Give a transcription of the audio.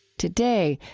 today,